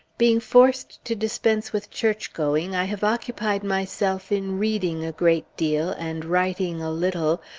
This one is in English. being forced to dispense with church-going, i have occupied myself in reading a great deal, and writing a little,